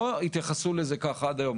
לא התייחסו לזה ככה עד היום,